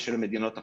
ושל מדינות אחרות,